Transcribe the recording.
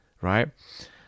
Right